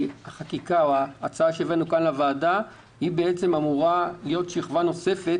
ההצעה שהבאנו לוועדה אמורה להיות שכבה נוספת